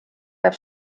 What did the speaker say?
peab